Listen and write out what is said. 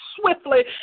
swiftly